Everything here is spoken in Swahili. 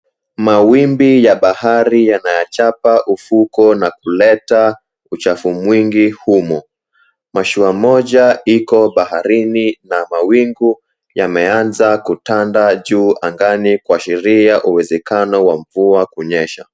Mawimbi ya bahari yanayachapa ufuko na kuleta uchafu mwingi humo, mashua moja iko baharini na mawingu yameanza kutanda juu angani kuashiria uwezekano wa mvua kuonyesha.